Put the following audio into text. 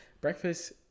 Breakfast